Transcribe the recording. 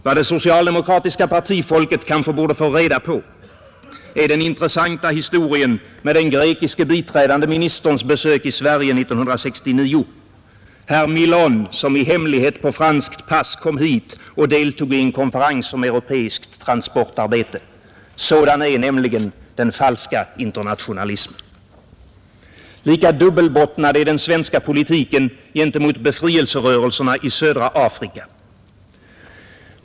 Vad det socialdemokratiska partifolket kanske borde få reda på är den intressanta historien om den grekiske biträdande ministerns besök i Sverige 1969 — herr Milon som i hemlighet på franskt pass kom hit och deltog i en konferens om europeiskt transportsamarbete. Sådan är nämligen den falska internationalismen. Lika dubbelbottnad är den svenska politiken gentemot befrielserörelserna i södra Afrika.